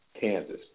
Kansas